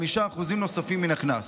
5% נוספים מן הקנס,